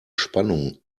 spannung